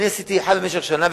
אני עשיתי אחד במשך שנה,